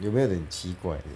有没有一点奇怪 leh